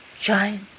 giant